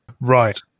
Right